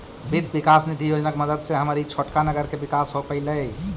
वित्त विकास निधि योजना के मदद से हमर ई छोटका नगर के विकास हो पयलई